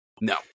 No